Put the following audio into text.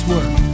Work